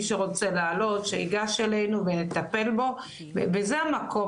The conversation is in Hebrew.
מי שרוצה לעלות שייגש אלינו ונטפל בו וזה המקום